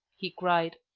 he cried.